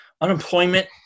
unemployment